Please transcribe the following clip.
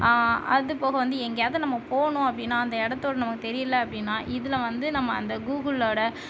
அது போக வந்து எங்கேயாவது நம்ம போகணும் அப்படின்னா அந்த இடத்த நமக்கு தெரியலை அப்படின்னா இதில் வந்து நம்ம அந்த கூகுளோட